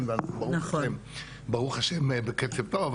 אז ברוך השם בקצב טוב,